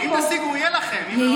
אם תשיגו, יהיה לכם, אם לא,